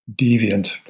deviant